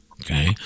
okay